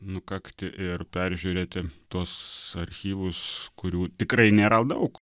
nukakti ir peržiūrėti tuos archyvus kurių tikrai nėra daug